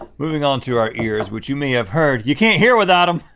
moving onto our ears which you may have heard, you can't hear without em.